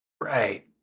Right